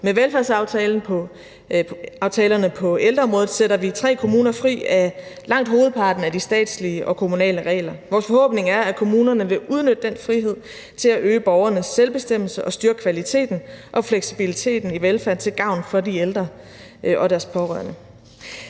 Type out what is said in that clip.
Med velfærdsaftalerne på ældreområdet sætter vi tre kommuner fri af langt hovedparten af de statslige og kommunale regler. Vores forhåbning er, at kommunerne vil udnytte den frihed til at øge borgernes selvbestemmelse og styrke kvaliteten og fleksibiliteten i velfærden til gavn for de ældre og deres pårørende.